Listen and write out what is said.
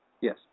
Yes